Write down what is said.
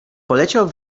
poleciał